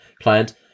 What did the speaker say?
client